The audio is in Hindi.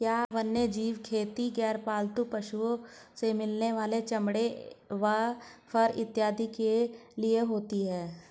क्या वन्यजीव खेती गैर पालतू पशुओं से मिलने वाले चमड़े व फर इत्यादि के लिए होती हैं?